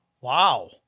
Wow